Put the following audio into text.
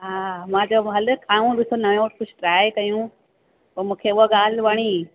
हा मां चयो हलु खाऊं ॾिसूं नयों कुझु ट्राए कयूं पोइ मूंखे उहा ॻाल्हि वणी